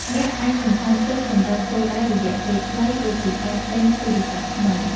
អ្នកអាចសន្សំទុកសម្រាប់គោលដៅរយៈពេលខ្លី ដូចជាការទិញទូរស័ព្ទថ្មី។